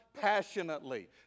passionately